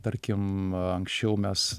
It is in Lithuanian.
tarkim anksčiau mes